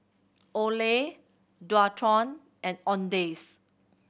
Olay Dualtron and Owndays